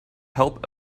help